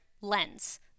lens